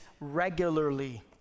regularly